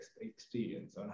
experience